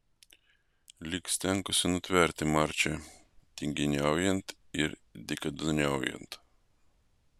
lyg stengtųsi nutverti marčią tinginiaujant ir dykaduoniaujant